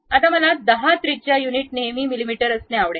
आता मला दहा त्रिज्या युनिट नेहमी मिमी असणे आवडेल